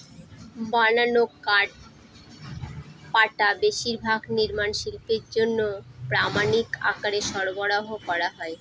বানানো কাঠপাটা বেশিরভাগ নির্মাণ শিল্পের জন্য প্রামানিক আকারে সরবরাহ করা হয়